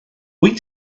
wyt